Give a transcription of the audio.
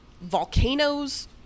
volcanoes